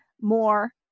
more